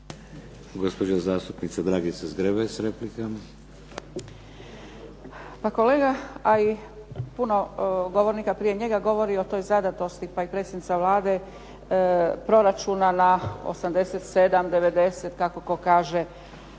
Gospođa zastupnica Dragica Zgrebec, replika.